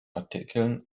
artikeln